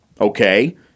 Okay